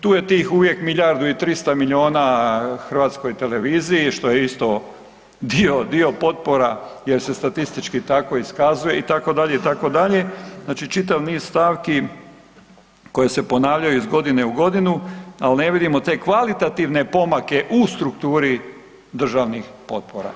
Tu je tih uvijek milijardu i 300 miliona HRT-u što je isto dio potpora jer se statistički tako iskazuje itd., itd., znači čitav niz stavki koje se ponavljaju iz godine u godinu, ali ne vidimo te kvalitativne pomake u strukturi državnih potpora.